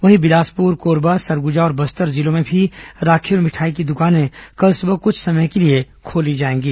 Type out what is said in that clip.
वहीं बिलासपुर कोरबा सरगुजा और बस्तर जिलों में भी राखी और मिठाई की दुकानें कल सुबह कुछ समय के लिए खोली जाएंगी